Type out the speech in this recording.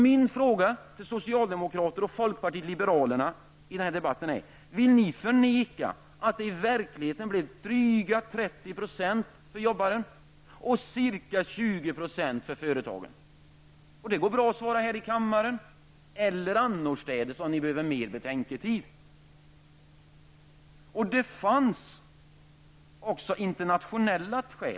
Min fråga till socialdemokrater och till folkpartiet liberalerna är: Vill ni förneka att det i verkligheten blev drygt 30 % för jobbaren och ca 20 % för företagen? Det går bra att ge ett svar här i kammaren. Men det går också bra att svara annorstädes, om ni behöver mer betänketid. Det har också funnits ett internationellt skäl.